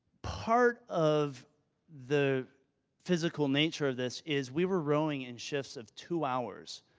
part of the physical nature of this, is we were rowing in shifts of two hours.